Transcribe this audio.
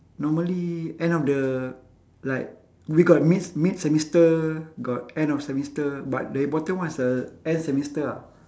normally end of the like we got mid mid-semester got end of semester but the important one is uh end semester ah